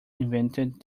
invented